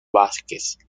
vásquez